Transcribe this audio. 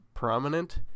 prominent